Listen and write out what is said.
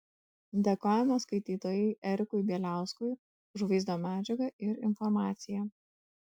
dėkojame skaitytojui erikui bieliauskui už vaizdo medžiagą ir informaciją